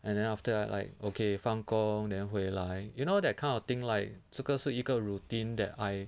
and then after I like okay 放工 then 回来 you know that kind of thing like 这个是一个 routine that I